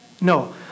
No